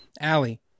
Allie